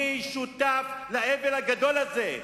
מי שותף לאבל הגדול הזה?